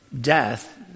death